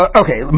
okay